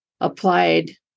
applied